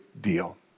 deal